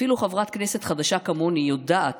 אפילו חברת כנסת חדשה כמוני יודעת